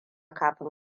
kafin